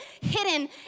hidden